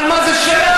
אבל מה זה שייך?